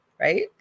right